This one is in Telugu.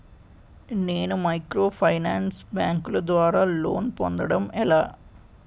నేను మైక్రోఫైనాన్స్ బ్యాంకుల ద్వారా లోన్ పొందడం ఎలా?